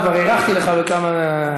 וכבר הארכתי לך בכמה,